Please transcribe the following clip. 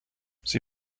sie